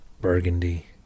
burgundy